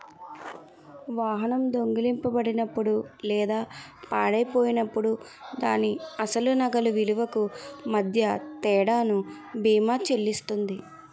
వాహనం దొంగిలించబడినప్పుడు లేదా పాడైపోయినప్పుడు దాని అసలు నగదు విలువకు మధ్య తేడాను బీమా చెల్లిస్తుంది